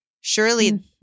Surely